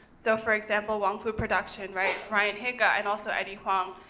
so for example, wong fu production, right? brian hicks and also eddie huang,